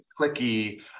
clicky